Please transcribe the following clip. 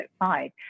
outside